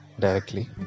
directly